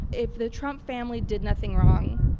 if the trump family did nothing wrong,